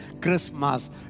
Christmas